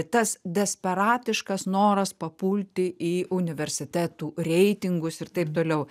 tas desperatiškas noras papulti į universitetų reitingus ir taip toliau